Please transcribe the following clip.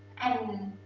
and,